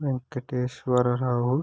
Venkateswararao